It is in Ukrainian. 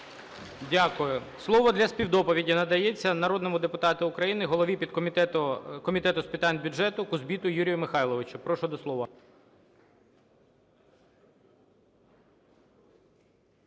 Дякую. Слово для співдоповіді надається народному депутату України, голові підкомітету Комітету з питань бюджету Кузбиту Юрія Михайловичу. Прошу до слова.